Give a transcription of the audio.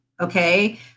okay